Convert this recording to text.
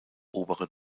obere